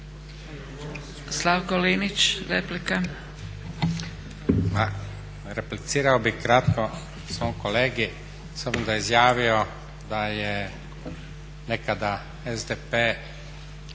Slavko Linić, replika.